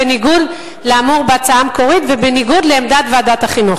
בניגוד לאמור בהצעה המקורית ובניגוד לעמדת ועדת החינוך.